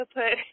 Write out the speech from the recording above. put